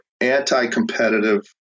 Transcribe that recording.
anti-competitive